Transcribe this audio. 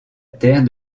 terre